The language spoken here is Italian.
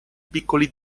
piccoli